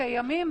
קיימים,